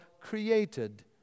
created